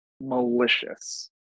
malicious